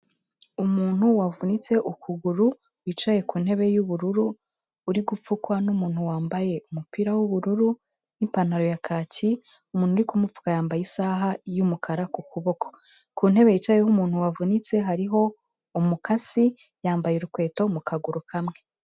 Umuntu wavunitse ukuguru wicaye ku ntebe y'ubururu uri gupfukwa n'umuntu wambaye umupira w'ubururu n'ipantaro ya kaki; umuntu uri kumupfuka yambaye isaha y'umukara ku kuboko, ku ntebe yicayeho umuntu wavunitse hariho umukasi, yambaye urukweto mu kaguru kamwe.